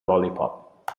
lollipop